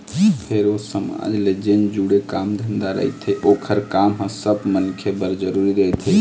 फेर ओ समाज ले जेन जुड़े काम धंधा रहिथे ओखर काम ह सब मनखे बर जरुरी रहिथे